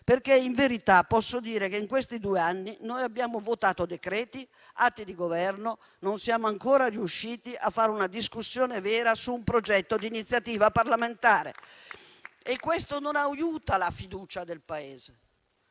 perché in verità posso dire che in questi due anni noi abbiamo votato decreti, atti di governo e non siamo ancora riusciti a fare una discussione vera su un progetto di iniziativa parlamentare. Questo non aiuta la fiducia del Paese,